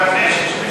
והנשק,